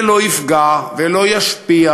זה לא יפגע ולא ישפיע,